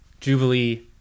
Jubilee